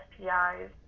SPIs